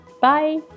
Bye